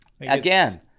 again